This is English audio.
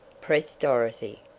pressed dorothy.